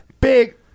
big